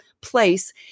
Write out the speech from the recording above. place